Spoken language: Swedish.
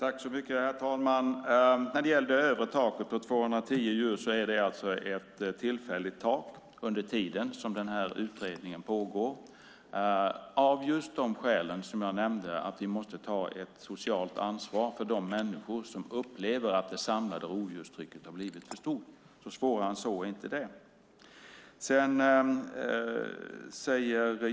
Herr talman! När det gäller taket på 210 djur är det alltså ett tillfälligt tak under tiden som den här utredningen pågår av just de skäl som jag nämnde, nämligen att vi måste ta ett socialt ansvar för de människor som upplever att det samlade rovdjurstrycket har blivit för stort. Svårare än så är det inte.